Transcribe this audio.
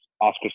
Oscar